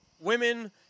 women